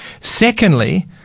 Secondly